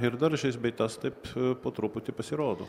ir dar šis bei tas taip po truputį pasirodo